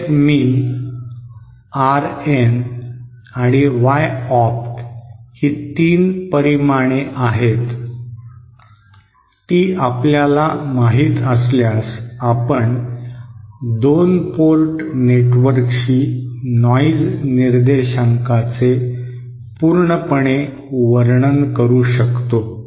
F mean RN आणि Y opt ही तीन परिमाणे आहेत ती आपल्याला माहित असल्यास आपण दोन पोर्ट नेटवर्कशी नॉइज निर्देशकांचे पूर्णपणे वर्णन करू शकतो